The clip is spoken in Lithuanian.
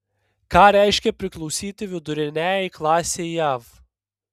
ką reiškia priklausyti viduriniajai klasei jav